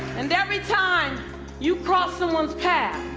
and every time you cross someone's path,